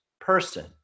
Person